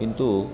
किन्तु